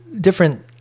different